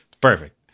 Perfect